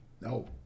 No